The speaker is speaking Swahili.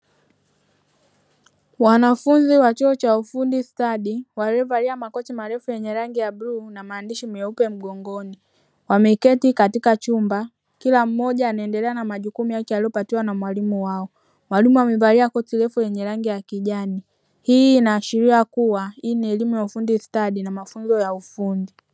Wanafunzi wa chuo cha ufundi stadi, waliovaa makoti marefu ya rangi ya bluu na maandishi meupe mgongoni, wameketi katika chumba kila mmoja anaendelea na majukumu yake aliyopatiwa na mwalimu wao. Mwalimu amevalia koti refu lenye rangi ya kijani, hii inaashiria kuwa hii ni elimu ya ufundi stadi na mafunzo ya ufundi.